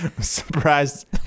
Surprised